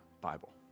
Bible